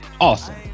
awesome